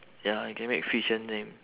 ya you can make fiction name